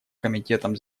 комитетом